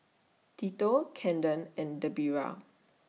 Tito Caden and Debera